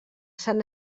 sant